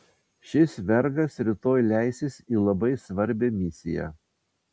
šis vergas rytoj leisis į labai svarbią misiją